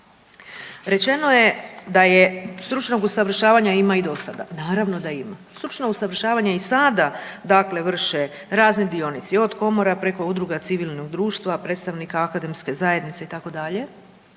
Rečeno je da stručnog usavršavanja ima i do sada. Naravno da ima. Stručno usavršavanje i sada dakle vrše razni dionici, od komora preko udruga civilnog društva, predstavnika akademske zajednice itd..